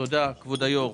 תודה, כבוד היו"ר.